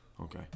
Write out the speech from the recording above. Okay